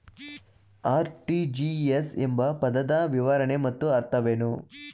RTGS ಎಂಬ ಪದದ ವಿವರಣೆ ಮತ್ತು ಅರ್ಥವೇನು?